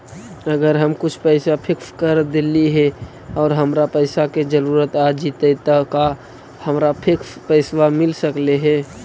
अगर हम कुछ पैसा फिक्स कर देली हे और हमरा पैसा के जरुरत आ जितै त का हमरा फिक्स पैसबा मिल सकले हे?